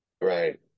right